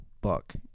book